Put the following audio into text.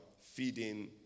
feeding